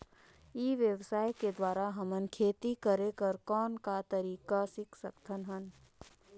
ई व्यवसाय के द्वारा हमन खेती करे कर कौन का तरीका सीख सकत हन?